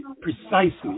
precisely